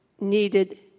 needed